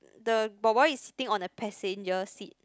the boy boy is sitting on the passenger seat